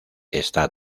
está